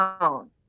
own